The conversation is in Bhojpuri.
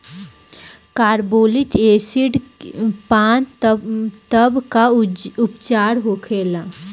कारबोलिक एसिड पान तब का उपचार होखेला?